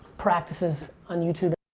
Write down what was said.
practices on youtube.